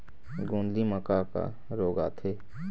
गोंदली म का का रोग आथे?